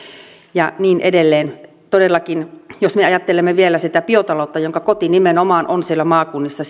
ja niin edelleen todellakin jos me ajattelemme vielä sitä biotaloutta jonka koti nimenomaan on siellä maakunnissa